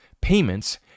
payments